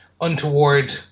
untoward